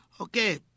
Okay